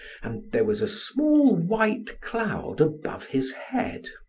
and there was a small white cloud above his head.